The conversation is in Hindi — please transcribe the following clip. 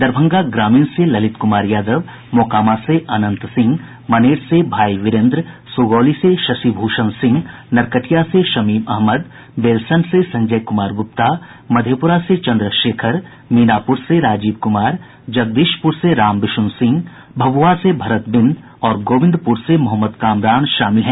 दरभंगा ग्रामीण से ललित कुमार यादव मोकामा से अनंत सिंह मनेर से भाई विरेन्द्र सुगौली से शशि भूषण सिंह नरकटिया से शमीम अहमद बेलसंड से संजय कुमार गुप्ता मधेप्ररा से चन्द्र शेखर मीनापुर से राजीव कुमार जगदीशपुर से राम विशुन सिंह लोहिया भभुआ से भरत बिंद और गोविंदपुर से मोहम्मद कामरान शामिल हैं